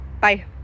Bye